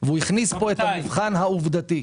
והוא הכניס פה את המבחן העובדתי,